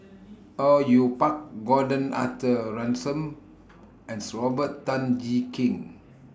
Au Yue Pak Gordon Arthur Ransome and Robert Tan Jee Keng